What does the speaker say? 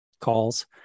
calls